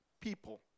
people